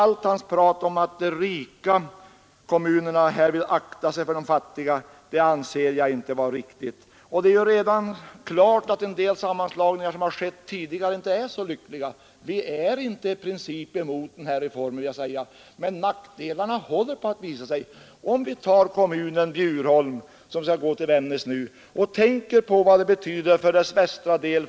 Allt hans prat om att de rika kommunerna härvid aktar sig för de fattiga anser jag inte vara riktigt. Det är ju redan klart att en del sammanslagningar som skett tidigare inte varit så lyckosamma. Vi är inte i princip emot den här reformen, men nackdelarna håller på att visa sig. Låt oss ta kommunen Bjurholm, som nu skall gå till Vännäs, och tänka på vad det betyder för dess västra delar.